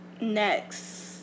next